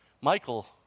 Michael